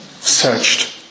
searched